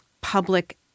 public